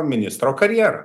ministro karjerą